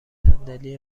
صندلی